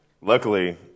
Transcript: Luckily